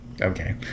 okay